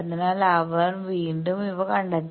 അതിനാൽ അവൻ വീണ്ടും ഇവ കണ്ടെത്തി